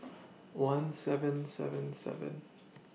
one seven seven seven